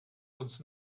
uns